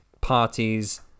parties